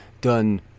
done